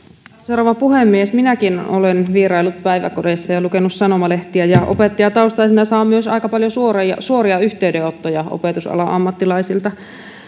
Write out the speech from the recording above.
rouva puhemies minäkin olen vieraillut päiväkodeissa ja lukenut sanomalehtiä ja opettajataustaisena saan myös aika paljon suoria yhteydenottoja opetusalan ammattilaisilta